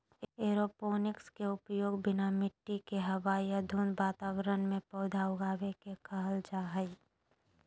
aeroponics के उपयोग बिना मिट्टी के हवा या धुंध वातावरण में पौधा उगाबे के कहल जा हइ